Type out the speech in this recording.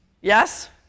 Yes